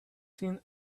seen